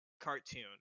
cartoon